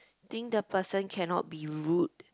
think the person cannot be rude